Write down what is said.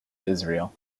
israel